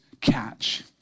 catch